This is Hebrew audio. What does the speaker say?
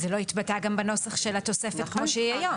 זה לא התבטא גם בנוסח של התוספת כמו שהיא היום.